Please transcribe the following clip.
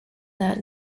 that